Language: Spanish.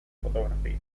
fotografías